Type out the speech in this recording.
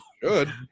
Good